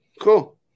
cool